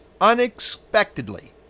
unexpectedly